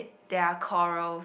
there are corals